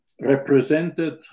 represented